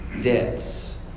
debts